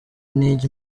ntijya